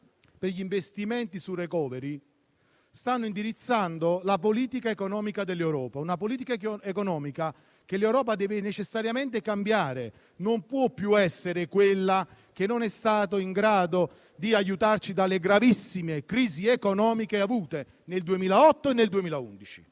degli investimenti sul *recovery*, stanno indirizzando la politica economica dell'Europa. È una politica economica che l'Europa deve necessariamente cambiare e non può più essere quella che non è stata in grado di aiutarci di fronte alle gravissime crisi economiche del 2008 e del 2011.